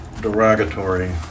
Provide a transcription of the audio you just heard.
derogatory